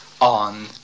on